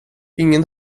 ingen